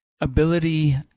ability